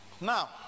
Now